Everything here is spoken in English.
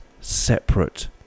separate